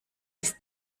ist